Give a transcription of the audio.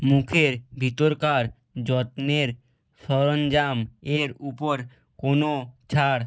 মুখের ভিতরকার যত্নের সরঞ্জাম এর উপর কোনও ছাড়